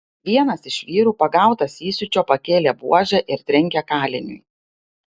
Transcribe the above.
vienas iš vyrų pagautas įsiūčio pakėlė buožę ir trenkė kaliniui